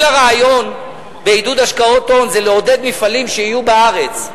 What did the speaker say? כל הרעיון בעידוד השקעות הון זה לעודד מפעלים שיהיו בארץ,